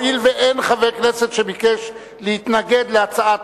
הואיל ואין חבר כנסת שביקש להתנגד להצעת